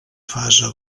fase